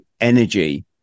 energy